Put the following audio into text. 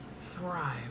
thrive